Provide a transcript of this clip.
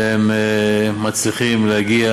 והם מצליחים להגיע